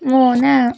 മൂന്ന്